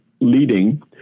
leading